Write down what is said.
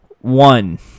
one